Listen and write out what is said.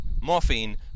Morphine